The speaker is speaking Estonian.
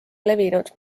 levinud